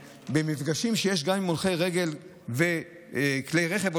במפגשים גם עם הולכי רגל וכלי רכב עם